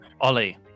Ollie